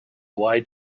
why